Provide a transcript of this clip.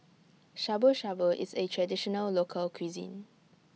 Shabu Shabu IS A Traditional Local Cuisine